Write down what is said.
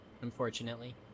Unfortunately